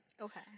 Okay